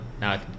now